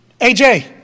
AJ